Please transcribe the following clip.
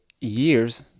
years